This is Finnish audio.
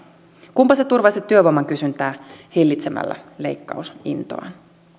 kunpa se turvaisi työvoiman kysyntää hillitsemällä leikkausintoaan